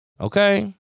Okay